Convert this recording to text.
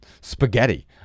spaghetti